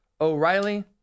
O'Reilly